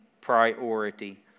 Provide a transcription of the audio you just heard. priority